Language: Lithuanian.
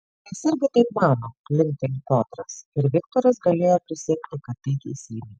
mes irgi taip manom linkteli piotras ir viktoras galėjo prisiekti kad tai teisybė